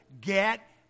get